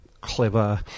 clever